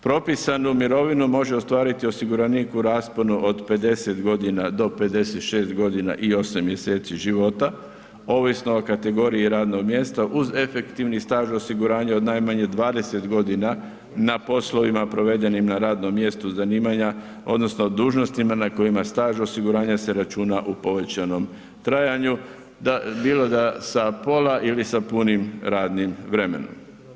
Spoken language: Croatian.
Propisanu mirovinu može ostvariti osiguranik u rasponu od 50 godina do 56 godina i 8 mjeseci života ovisno o kategoriji radnog mjesta uz efektivni staž osiguranja od najmanje 20 godina na poslovima provedenim na radnom mjestu zanimanja odnosno dužnostima na kojima staž osiguranja se računa u povećanom trajanju bilo da sa pola ili sa punim radnim vremenom.